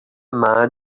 man